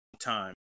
time